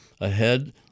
ahead